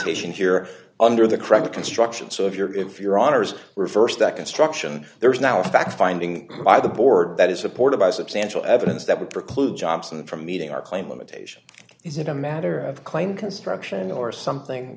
limitation here under the credit construction so if your if your honour's reversed that construction there is now a fact finding by the board that is supported by substantial evidence that would preclude jobson from meeting our claim limitation is it a matter of claim construction or something